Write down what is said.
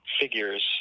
figures